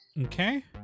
Okay